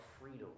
freedom